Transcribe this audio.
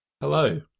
Hello